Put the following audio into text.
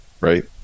Right